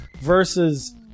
versus